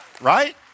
Right